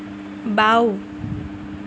বাঁও